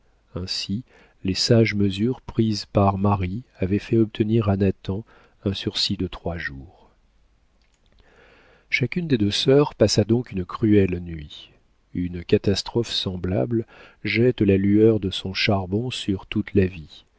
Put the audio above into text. ainsi les sages mesures prises par marie avaient fait obtenir à nathan un sursis de trois jours chacune des deux sœurs passa donc une cruelle nuit une catastrophe semblable jette la lueur de son charbon sur toute la vie